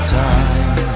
time